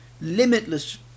limitless